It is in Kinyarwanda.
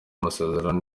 amasezerano